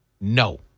no